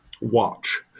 watch